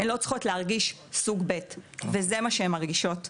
הן לא צריכות להרגיש סוג ב' וזה מה שהן מרגישות,